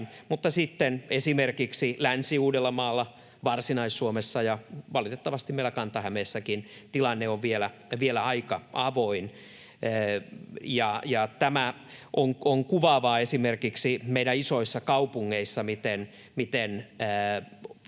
mutta sitten esimerkiksi Länsi-Uudellamaalla, Varsinais-Suomessa ja valitettavasti meillä Kanta-Hämeessäkin tilanne on vielä aika avoin. Ja tämä on kuvaavaa, esimerkiksi meidän isoissa kaupungeissa, miten suuri